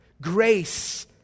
Grace